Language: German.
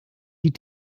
die